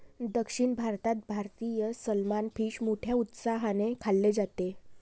दक्षिण भारतात भारतीय सलमान फिश मोठ्या उत्साहाने खाल्ले जाते